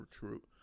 recruit